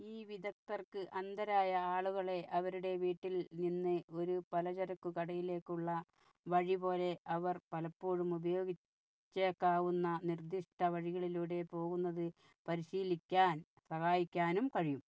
ഈ വിദഗ്ധർക്ക് അന്ധരായ ആളുകളെ അവരുടെ വീട്ടിൽ നിന്ന് ഒരു പലചരക്കു കടയിലേക്കുള്ള വഴി പോലെ അവർ പലപ്പോഴും ഉപയോഗിച്ചേക്കാവുന്ന നിർദ്ദിഷ്ട വഴികളിലൂടെ പോകുന്നത് പരിശീലിക്കാൻ സഹായിക്കാനും കഴിയും